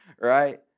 right